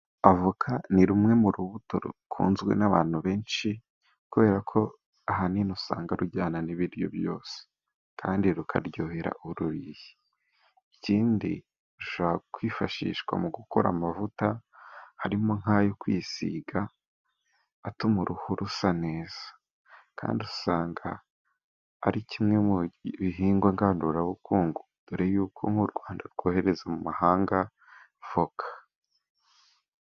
Avoka ni rumwe mu rubuto rukunzwe n'abantu benshi， kubera ko ahanini usanga rujyana n'ibiryo byose， kandi rukaryohera ururiye. Ikindi rushobora kwifashishwa mu gukora amavuta， harimo nk'ayo kwisiga， atuma uruhu rusa neza， kandi usanga ari kimwe mu bihingwa ngandurabukungu， mbere y'uko nk'u Rwanda rwohereza mu mahanga voka.